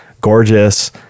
gorgeous